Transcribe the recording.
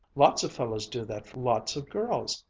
lots of fellows do that for lots of girls,